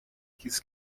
quis